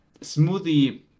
Smoothie